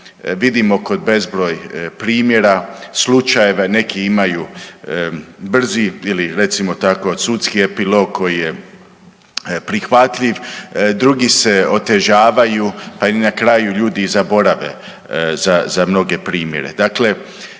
Vidimo kod bezbroj primjera. Slučajeve neki imaju brzi ili recimo tako sudski epilog koji je prihvatljiv, drugi se otežavaju, pa na kraju ljudi i zaborave za mnoge primjere. Dakle,